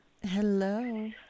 Hello